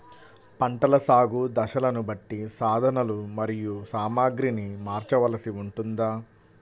పంటల సాగు దశలను బట్టి సాధనలు మరియు సామాగ్రిని మార్చవలసి ఉంటుందా?